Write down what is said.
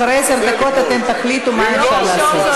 אחרי עשר דקות אתם תחליטו מה אפשר לעשות.